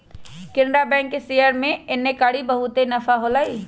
Canara Bank के share में एन्नेकारी बहुते नफा होलई